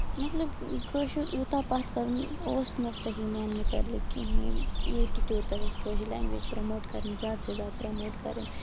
مطلب کٲشُر یوٗتاہ پَتھ کَرُن اوس نہٕ صٮحیح میانہِ مُتعلِق کِہینۍ یوٗت تہٕ توٗت پَزِ اَسہِ کٲشِر لینگویج پراموٹ کَرٕنۍ زیادٕ سے زیادٕ پراموٹ کَرٕنۍ